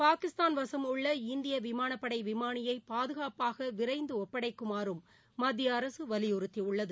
பாகிஸ்தான் வசம் உள்ள இந்தியவிமானப்படைவிமானியைபாதுகாப்பாகவிரைந்துடுப்படைக்குமாறும் மத்திய அரசுவலியுறுத்தி உள்ளது